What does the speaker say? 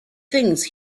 things